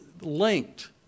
linked